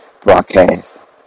Broadcast